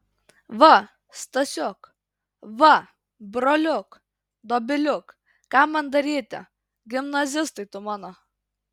va stasiuk va broliuk dobiliuk ką man daryti gimnazistai tu mano